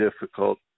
difficult